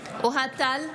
אוהד טל,